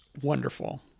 wonderful